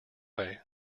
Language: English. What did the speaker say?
way